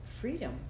freedom